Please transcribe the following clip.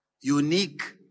unique